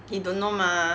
he don't know mah